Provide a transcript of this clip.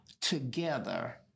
together